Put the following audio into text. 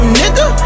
nigga